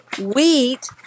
wheat